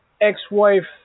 ex-wife